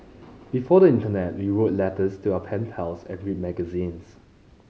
before the internet we wrote letters to our pen pals and read magazines